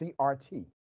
CRT